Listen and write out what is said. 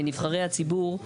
נבחרי הציבור,